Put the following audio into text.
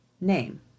name